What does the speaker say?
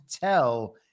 tell